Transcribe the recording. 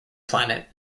planet